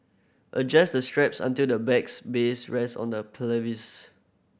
adjust the straps until the bag's base rest on the pelvis